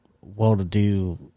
well-to-do